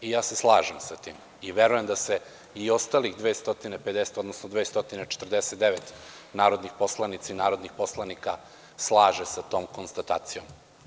Ja se slažem sa tim i verujem da se i ostalih 249 narodnih poslanica i narodnih poslanika slaže sa tom konstatacijom.